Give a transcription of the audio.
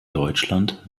deutschland